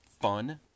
fun